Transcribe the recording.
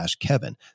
kevin